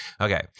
Okay